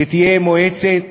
תהיה מועצת